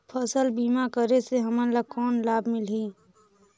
फसल बीमा करे से हमन ला कौन लाभ मिलही?